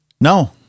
No